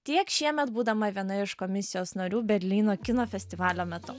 tiek šiemet būdama viena iš komisijos narių berlyno kino festivalio metu